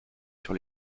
sur